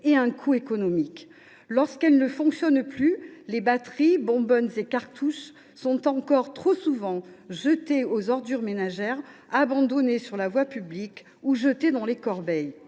et un coût économique. Lorsqu’elles ne fonctionnent plus, les batteries, bonbonnes et cartouches sont encore trop souvent jetées parmi les ordures ménagères ou abandonnées sur la voie publique. Et le service